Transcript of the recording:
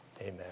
Amen